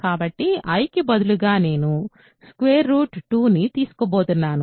కాబట్టి ఇప్పుడు i కి బదులుగా నేను 2 ని తీసుకోబోతున్నాను